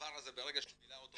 והדבר הזה ברגע שהוא מילא אותו,